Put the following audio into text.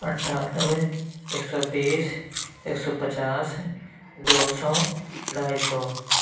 اٹھانوے ایک سو بیس ایک سو پچاس دو سو ڈھائی سو